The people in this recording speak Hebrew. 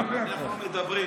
אנחנו מדברים.